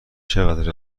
چقدر